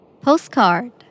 Postcard